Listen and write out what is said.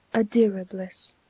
a dearer bliss,